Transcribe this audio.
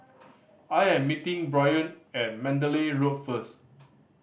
I am meeting Bryon at Mandalay Road first